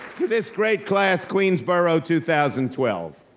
to this great class, queensborough two thousand twelve,